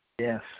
yes